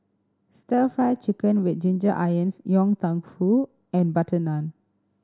Stir Fry Chicken with ginger onions Yong Tau Foo and butter naan